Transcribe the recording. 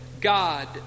God